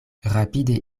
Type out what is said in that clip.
rapide